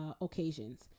occasions